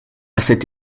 cette